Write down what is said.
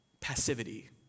passivity